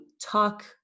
talk